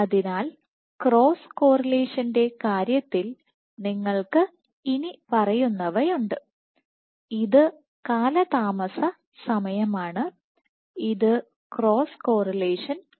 അതിനാൽ ക്രോസ് കോറിലേഷന്റെ കാര്യത്തിൽ നിങ്ങൾക്ക് ഇനിപ്പറയുന്നവയുണ്ട് ഇത് കാലതാമസ സമയമാണ് ഇത് ക്രോസ് കോറിലേഷൻ ആണ്